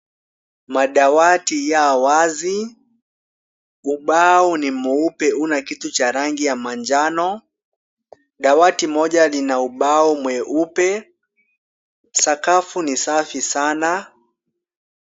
Madawati ya wazi, ubao ni mweupe huna kitu cha rangi ya manjano, dawati moja lina ubao mweupe, sakafu ni safi sana.